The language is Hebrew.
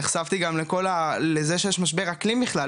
נחשפתי לזה שיש משבר אקלים בכלל,